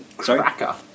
Cracker